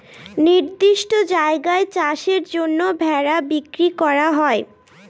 নির্দিষ্ট জায়গায় চাষের জন্য ভেড়া বিক্রি করা হয়